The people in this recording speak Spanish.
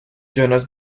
jonas